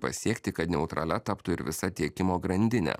pasiekti kad neutralia taptų ir visa tiekimo grandinė